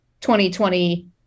2020